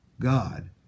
god